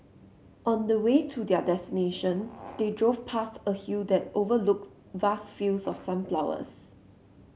on the way to their destination they drove past a hill that overlooked vast fields of sunflowers